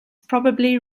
probably